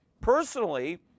Personally